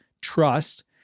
trust